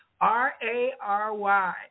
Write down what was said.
R-A-R-Y